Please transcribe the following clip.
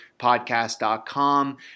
podcast.com